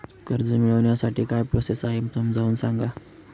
कर्ज मिळविण्यासाठी काय प्रोसेस आहे समजावून सांगा